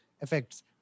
effects